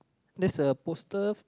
there's a poster